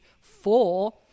four